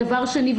דבר שני,